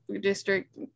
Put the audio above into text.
district